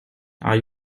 are